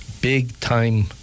big-time